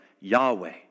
Yahweh